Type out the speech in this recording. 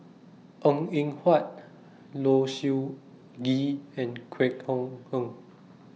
Png Eng Huat Low Siew Nghee and Kwek Hong Png